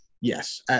yes